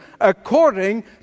according